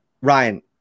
Ryan